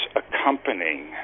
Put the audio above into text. accompanying